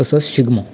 तसोच शिगमो